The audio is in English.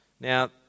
Now